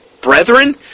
Brethren